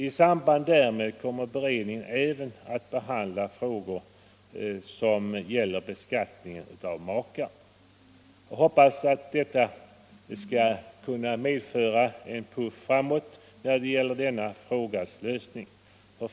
I samband därmed kommer beredningen även att behandla frågor som gäller beskattningen av makar. Hoppas att detta medför en puff framåt när det gäller denna frågas lösning.